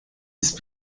ist